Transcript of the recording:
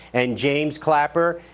and james clapper.